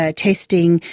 ah testing,